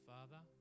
Father